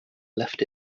left